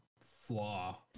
flaw